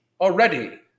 already